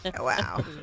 Wow